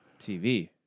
tv